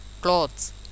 clothes